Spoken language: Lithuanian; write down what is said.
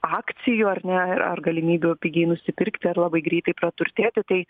akcijų ar ne ar galimybių pigiai nusipirkti ar labai greitai praturtėti tai